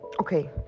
okay